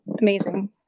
amazing